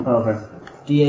okay